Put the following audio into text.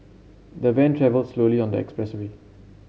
the van travelled slowly on the expressway